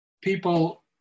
people